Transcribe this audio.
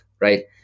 right